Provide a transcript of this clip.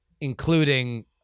including